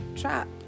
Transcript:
trap